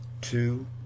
Two